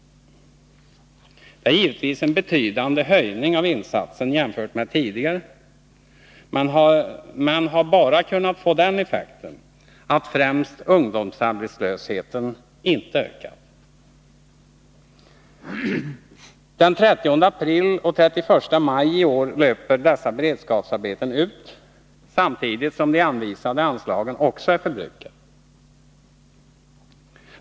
Det är givetvis en betydande höjning av insatsen jämfört med tidigare förhållande men har bara kunnat få den Nr 80 effekten att främst ungdomsarbetslösheten inte ökat. Den 30 april och den 31 Måndagen den maj i år löper dessa beredskapsarbeten ut, samtidigt som de anvisade 15 februari 1982 anslagen också är förbrukade.